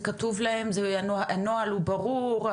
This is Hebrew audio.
זה כתוב להם ברמה שהנוהל הוא ברור?